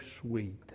sweet